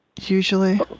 Usually